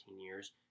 years